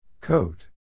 Coat